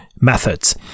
Methods